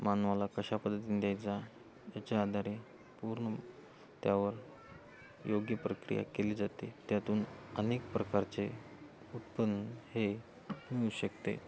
मानवाला कशा पद्धतीने द्यायचा याच्या आधारे पूर्ण त्यावर योग्य प्रक्रिया केली जाते त्यातून अनेक प्रकारचे उत्पन्न हे मिळू शकते